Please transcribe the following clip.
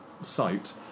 site